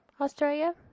Australia